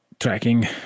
Tracking